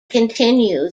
continue